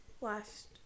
Last